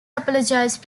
apologised